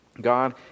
God